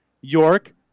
York